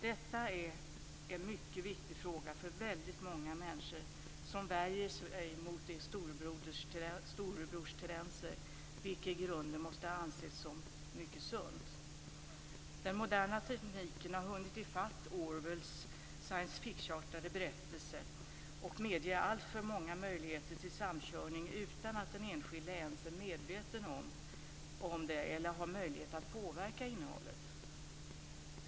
Detta är en mycket viktig fråga för väldigt många människor som värjer sig mot storebrorstendenser, något som i grunden måste anses som mycket sunt. Den moderna tekniken har hunnit ifatt Orwells science fictionartade berättelse och medger alltför många möjligheter till samkörning utan att den enskilde ens är medveten om det eller har möjlighet att påverka innehållet.